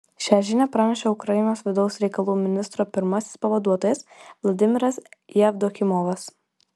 šią žinią pranešė ukrainos vidaus reikalų ministro pirmasis pavaduotojas vladimiras jevdokimovas